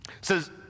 says